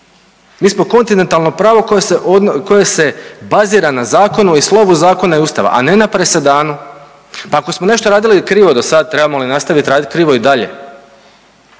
Mi smo kontinentalno pravo koje se bazira na zakonu i slovu zakona i Ustava, a ne na presedanu. Pa ako smo nešto radili krivo do sad trebamo li nastaviti raditi krivo i dalje?